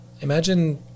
imagine